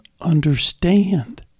understand